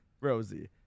Rosie